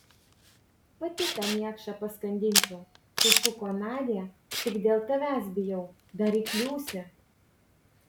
pati tą niekšą paskandinčiau sušuko nadia tik dėl tavęs bijau dar įkliūsi